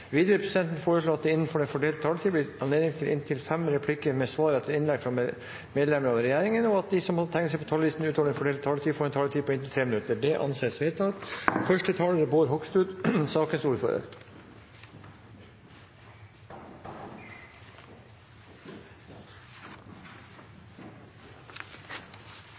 Videre vil presidenten foreslå at det – innenfor den fordelte taletid – blir gitt anledning til inntil fem replikker med svar etter innlegg fra medlemmer av regjeringen, og at de som måtte tegne seg på talerlisten utover den fordelte taletid, får en taletid på inntil 3 minutter. – Det anses vedtatt.